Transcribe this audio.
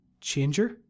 Changer